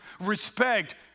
respect